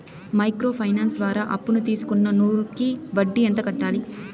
Micro finance ద్వారా అప్పును తీసుకున్న నూరు కి వడ్డీ ఎంత కట్టాలి?